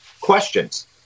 questions